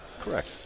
Correct